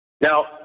Now